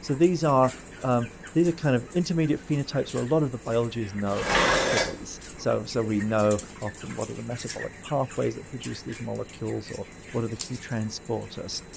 so these are these are kind of intermediate phenotypes where a lot of the biology is known for these. so so, we know often what are the metabolic pathways that produce these molecules, or what are the key transporters.